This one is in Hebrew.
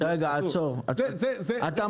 לא יושמה.